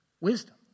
wisdom